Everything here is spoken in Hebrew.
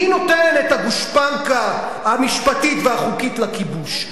מי נותן את הגושפנקה המשפטית והחוקית לכיבוש?